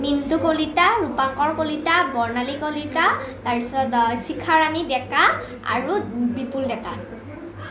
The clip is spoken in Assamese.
মিন্টু কলিতা ৰূপংকৰ কলিতা বৰ্ণালী কলিতা তাৰ পিছত শিখা ৰাণী ডেকা আৰু বিপুল ডেকা